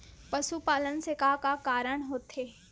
पशुपालन से का का कारण होथे?